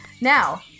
Now